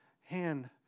hand